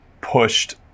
pushed